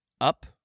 up